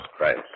Right